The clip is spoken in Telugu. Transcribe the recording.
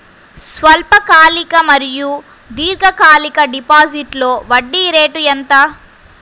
స్వల్పకాలిక మరియు దీర్ఘకాలిక డిపోజిట్స్లో వడ్డీ రేటు ఎంత?